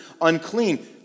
unclean